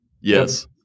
Yes